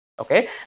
Okay